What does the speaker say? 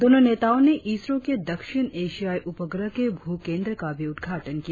दोनो नेताओ ने इसरो के दक्षिण एशियाई उपग्रह के भू केंद्र का भी उद्घाटन किया